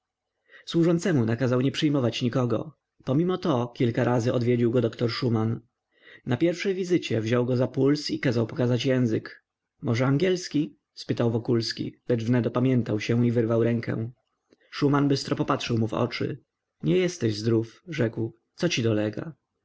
apatyi służącemu nakazał nie przyjmować nikogo pomimoto kilka razy odwiedził go doktor szuman na pierwszej wizycie wziął go za puls i kazał pokazać język może angielski spytał wokulski lecz wnet opamiętał się i wyrwał rękę szuman bystro popatrzył mu w oczy nie jesteś zdrów rzekł co ci dolega